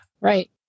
Right